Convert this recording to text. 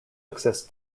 exists